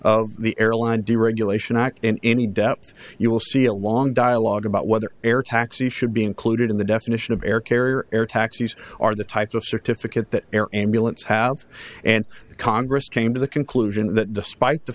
of the airline deregulation not in any depth you will see a long dialogue about whether air taxi should be included in the definition of air carrier air taxis are the type of certificate air ambulance have and the congress came to the conclusion that despite the